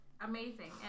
amazing